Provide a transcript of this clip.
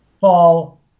fall